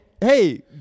Hey-